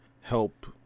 help